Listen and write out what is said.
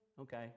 Okay